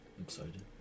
excited